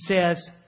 says